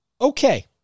okay